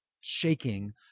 shaking